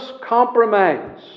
compromise